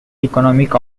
economic